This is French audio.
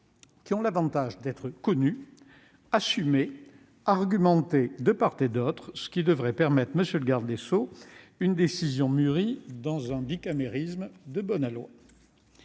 ils ont l'avantage d'être connus, assumés et argumentés de part et d'autre, ce qui devrait permettre, monsieur le garde des sceaux, une décision mûrie dans un bicamérisme de bon aloi.